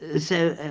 ah so,